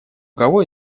кого